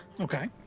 Okay